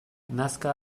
nazka